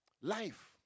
Life